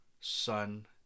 Son